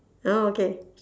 oh okay